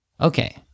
Okay